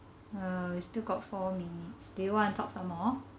uh you sill gout four minutes do you want to talk some more